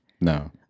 no